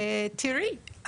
תראי,